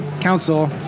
council